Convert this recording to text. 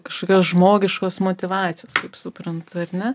kažkokios žmogiškos motyvacijos kaip suprantu ar ne